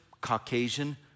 Caucasian